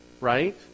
right